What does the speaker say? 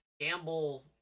gamble